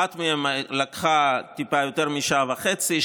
אחת מהן לקחה טיפה יותר משעה וחצי,